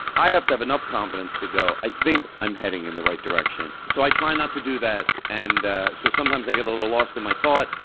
i have to have enough confidence confidence to go i think i'm heading in the right direction. so i try not to do that, and so sometimes i get a little lost in my thought,